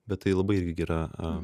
bet tai labai irgi yra